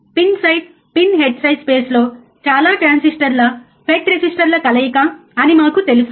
pin side pin head size స్పేస్లో చాలా ట్రాన్సిస్టర్ల FET రెసిస్టర్ల కలయిక అని మాకు తెలుసు